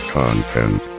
content